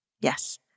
Yes